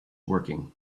working